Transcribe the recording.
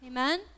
Amen